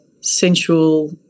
sensual